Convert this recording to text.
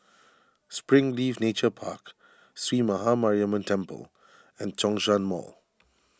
Springleaf Nature Park Sree Maha Mariamman Temple and Zhongshan Mall